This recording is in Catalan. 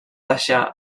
deixar